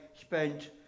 spent